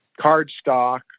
cardstock